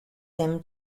him